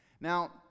Now